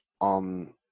on